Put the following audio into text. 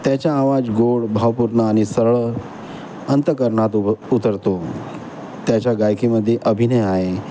त्याचा आवाज गोड भावपूर्ण आणि सरळ अंत करणात उभ उतरतो त्याच्या गायकीमध्ये अभिनय आहे